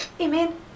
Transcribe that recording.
Amen